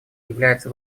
является